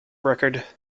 record